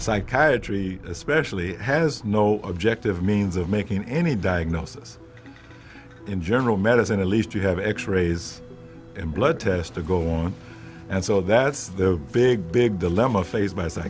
psychiatry especially has no objective means of making any diagnosis in general medicine at least you have x rays and blood tests to go on and so that's the big big dilemma faced by